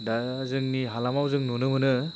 दा जोंनि हालामाव जों नुनो मोनो